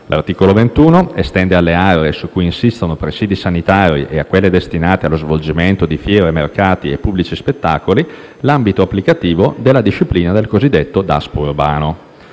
L'articolo 21 estende alle aree su cui insistono presidi sanitari e a quelle destinate allo svolgimento di fiere, mercati e pubblici spettacoli, l'ambito applicativo della disciplina del cosiddetto DASP urbano.